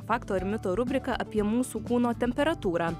faktų ar mitų rubrika apie mūsų kūno temperatūrą